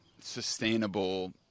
sustainable